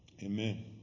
Amen